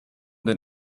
den